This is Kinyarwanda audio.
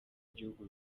igihugu